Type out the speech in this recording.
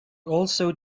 also